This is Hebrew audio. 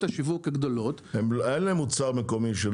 אין להם מוצר מקומי.